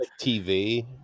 TV